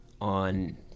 on